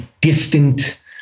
distant